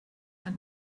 ein